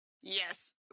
Yes